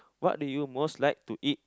what do you most like to eat